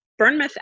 burnmouth